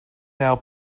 now